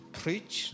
preach